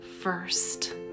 first